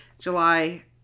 July